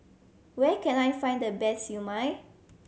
where can I find the best Siew Mai